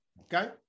Okay